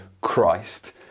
Christ